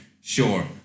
Sure